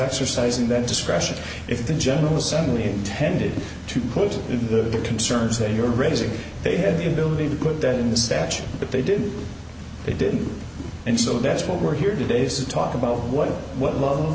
exercising their discretion if the general assembly intended to put in the concerns that you're raising they had the ability to put that in the statute but they didn't they didn't and so that's what we're here today so talk about what what love